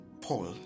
Paul